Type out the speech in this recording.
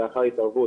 לאחר התערבות,